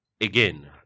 again